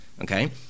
okay